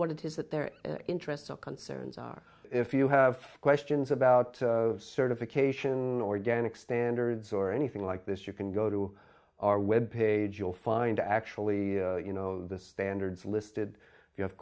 what it is that their interests and concerns are if you have questions about certification organic standards or anything like this you can go to our web page you'll find actually you know the standards listed if you have